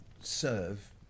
serve